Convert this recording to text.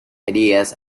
ideas